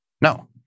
No